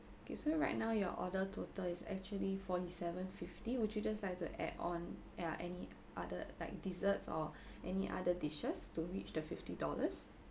okay so right now your order total is actually forty-seven fifty would you just like to add on uh any other like desserts or any other dishes to reach the fifty dollars